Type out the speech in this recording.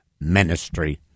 ministry